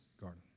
garden